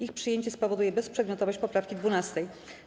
Ich przyjęcie spowoduje bezprzedmiotowość poprawki 12.